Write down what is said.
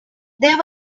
there